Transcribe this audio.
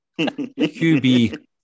QB